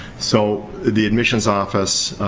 so, the admissions office,